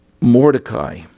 Mordecai